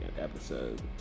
episode